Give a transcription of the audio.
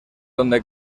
donde